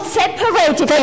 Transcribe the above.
separated